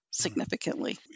significantly